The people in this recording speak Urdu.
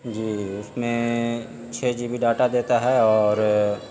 جی اس میں چھ جی بی ڈاٹا دیتا ہے اور